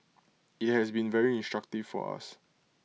IT has been very instructive for us